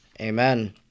Amen